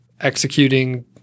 executing